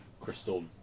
Crystal